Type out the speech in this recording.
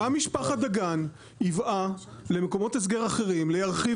גם משפחת דגן ייבאה למקומות הסגר אחרים לירחיב